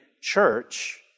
church